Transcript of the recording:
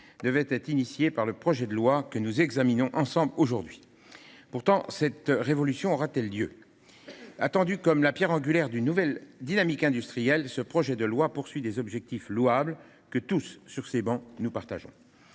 devait être amorcée par le projet de loi que nous examinons aujourd'hui. Mais cette révolution aura-t-elle bien lieu ? Attendu comme la pierre angulaire d'une nouvelle dynamique industrielle, ce projet de loi répond à des objectifs louables, que tous, sur ces travées, nous partageons.